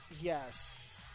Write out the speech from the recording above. Yes